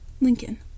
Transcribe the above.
Lincoln